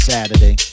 Saturday